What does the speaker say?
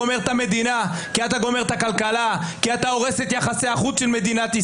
בחיים לא דיברתי בכל חמישה החודשים האלה.